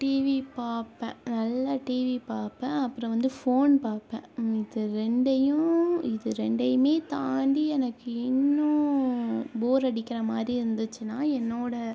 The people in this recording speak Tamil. டிவி பார்ப்பேன் நல்லா டிவி பார்ப்பேன் அப்புறம் வந்து ஃபோன் பார்ப்பேன் இது ரெண்டையும் இது ரெண்டையுமே தாண்டி எனக்கு இன்னும் போர் அடிக்கிற மாரி இருந்துச்சுனா என்னோட